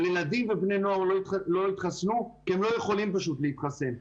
אבל ילדים ובני נוער לא יתחסנו כי הם לא יכולים פשוט להתחסן.